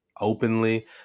openly